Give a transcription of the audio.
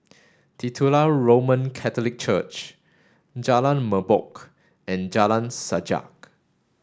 Titular Roman Catholic Church Jalan Merbok and Jalan Sajak